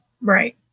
Right